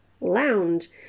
Lounge